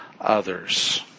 others